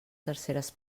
terceres